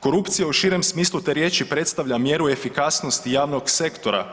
Korupcija u širem smislu te riječi predstavlja mjeru efikasnosti javnog sektora